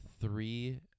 three